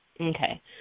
Okay